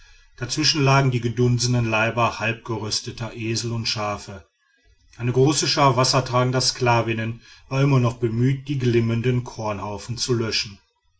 dazwischen lagen die gedunsenen leiber halbgerösteter esel und schafe eine große schar wassertragender sklavinnen war immer noch bemüht die glimmenden kornhaufen zu löschen